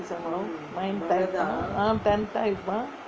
nine type ah ten type ah